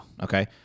Okay